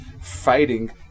fighting